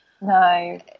No